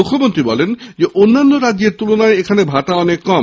মুখ্যমন্ত্রী বলেন অন্যান্য রাজ্যের তুলনায় এখানে ভাতা অনেক কম